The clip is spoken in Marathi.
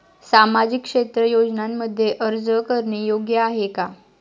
सामाजिक क्षेत्र योजनांमध्ये अर्ज करणे योग्य आहे का?